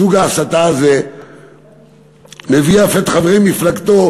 סוג ההסתה הזה מביא אף את חברי מפלגתו